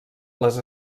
les